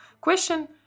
question